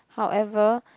however